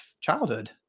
childhood